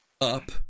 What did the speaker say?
up